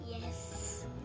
Yes